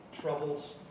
Troubles